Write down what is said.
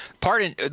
pardon